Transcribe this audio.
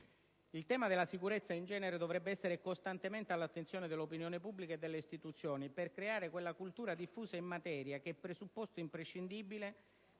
Il tema della sicurezza in genere dovrebbe essere costantemente all'attenzione dell'opinione pubblica e delle istituzioni, per creare quella cultura diffusa in materia che è presupposto imprescindibile